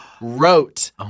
wrote